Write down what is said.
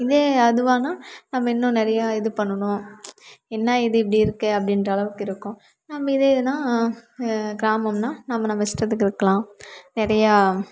இதே அதுவான்னா நம்ம இன்னும் நிறையா இது பண்ணணும் என்ன இது இப்படி இருக்குது அப்படீன்ற அளவுக்கு இருக்கும் நம்ம இதேனா கிராமம்னா நம்ம நம்ம இஷ்டத்துக்கு இருக்கலாம் நிறையா